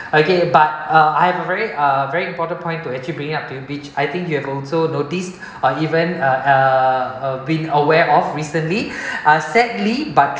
okay but uh I have a very uh very important point to actually bring it up to the beach I think you have also noticed or even uh uh been aware of recently sadly but